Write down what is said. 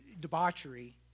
debauchery